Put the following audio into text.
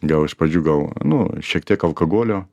gal iš pradžių gal nu šiek tiek alkagolio